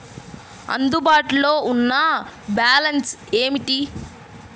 అందుబాటులో ఉన్న బ్యాలన్స్ ఏమిటీ?